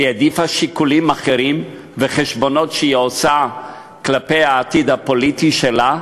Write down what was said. העדיפה שיקולים אחרים וחשבונות שהיא עושה לגבי העתיד הפוליטי שלה.